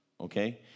Okay